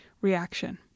reaction